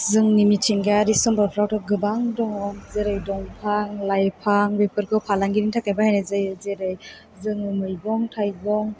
जोंनि मिथिंगायारि सम्फदफ्राथ' गोबां दङ जेरै दंफां लाइफां बेफोरखौ फालांगिनि थाखाय बाहायनाय जायो जेरै जों मैगं थायगं